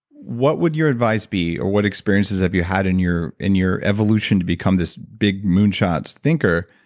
what would your advice be or what experiences have you had in your in your evolution to become this big moonshots thinker